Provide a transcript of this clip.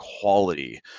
quality